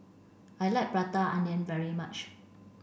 I like prata onion very much